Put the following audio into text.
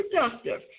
productive